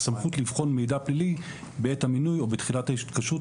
"הסמכות לבחון מידע פלילי בעת המינוי או בתחילת ההתקשרות,